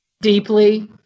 deeply